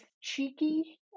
cheeky